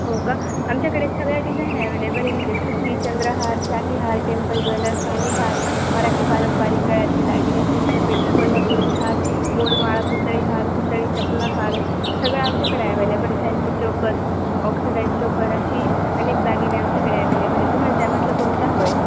हो का आमच्याकडे सगळ्या डिझाईन ॲवेलेबल आहे म्हणजे ठुशी चंद्रहार शाहीहार टेम्पल ज्वेलर्स रानीहार मराठी पारंपारिक गळ्याातली दागिने चिंच पेटी कोल्हापुरी हार बोरमाळ पुतळीहार पुतळी चपलाहार सगळं आमच्याकडे available fancy choker oxidised choker अशी अनेक दागिने आमच्याकडे ॲवेलेबल आहे तुम्हाला त्यामधलं कोणता हवय